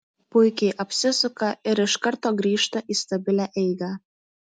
puikiai apsisuka ir iš karto grįžta į stabilią eigą